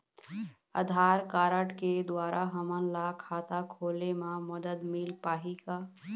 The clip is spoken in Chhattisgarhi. आधार कारड के द्वारा हमन ला खाता खोले म मदद मिल पाही का?